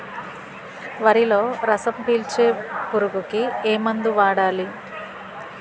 వరిలో రసం పీల్చే పురుగుకి ఏ మందు వాడాలి?